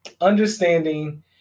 understanding